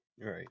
Right